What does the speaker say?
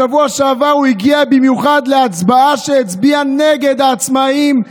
בשבוע שעבר הוא הגיע במיוחד להצבעה נגד העצמאים,